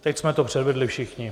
Teď jsme to předvedli všichni.